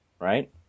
right